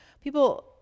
People